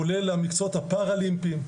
כולל במקצועות הפאראלימפיים,